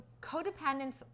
codependents